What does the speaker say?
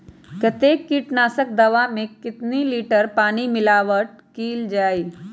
कतेक किटनाशक दवा मे कितनी लिटर पानी मिलावट किअल जाई?